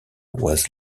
was